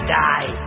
die